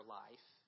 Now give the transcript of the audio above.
life